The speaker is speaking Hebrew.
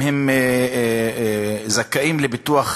אם הם זכאים לביטוח